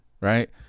right